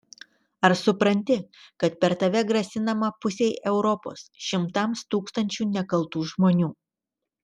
ar supranti kad per tave grasinama pusei europos šimtams tūkstančių nekaltų žmonių